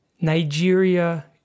Nigeria